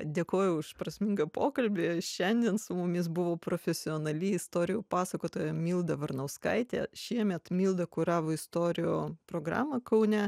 dėkoju už prasmingą pokalbį šiandien su mumis buvo profesionali istorijų pasakotoja milda varnauskaitė šiemet milda kuravo istorijų programą kaune